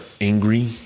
angry